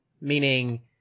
meaning